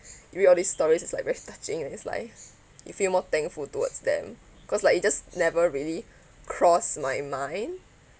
you read all these stories it's like very touching then it's like you feel more thankful towards them cause like you just never really cross my mind